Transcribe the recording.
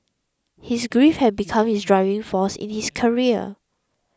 his grief had become his driving force in his career